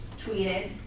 tweeted